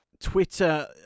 Twitter